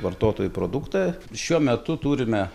vartotojui produktą šiuo metu turime